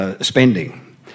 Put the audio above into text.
Spending